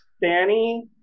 danny